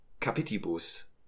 capitibus